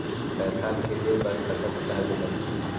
पैसा भेजे बर कतक चार्ज लगही?